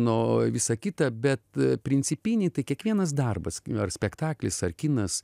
nu visa kita bet principiniai tai kiekvienas darbas ar spektaklis ar kinas